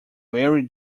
weary